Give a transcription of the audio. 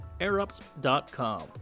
AirUps.com